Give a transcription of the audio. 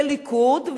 לליכוד,